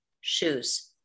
shoes